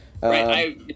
Right